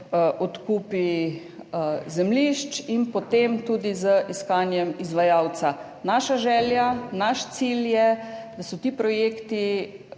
odkupi zemljišč in potem tudi z iskanjem izvajalca. Naša želja, naš cilj je, da so ti projekti